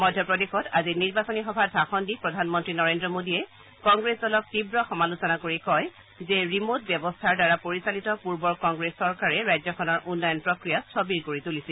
মধ্য প্ৰদেশত আজি নিৰ্বাচনী সভাত ভাষণ দি প্ৰধানমন্ত্ৰী নৰেন্দ্ৰ মোডীয়ে কংগ্ৰেছ দলক তীৱ সমালোচনা কৰি কয় যে ৰিমোট ব্যৱস্থাৰ দ্বাৰা পৰিচালিত পূৰ্বৰ কংগ্ৰেছ চৰকাৰে ৰাজ্যখনৰ উন্নয়ন প্ৰক্ৰিয়া স্থবিৰ কৰি তুলিছিল